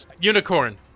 Unicorn